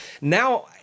now